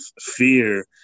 fear